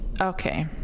Okay